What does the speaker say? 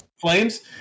flames